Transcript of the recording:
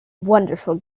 wonderful